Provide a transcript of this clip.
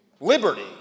liberty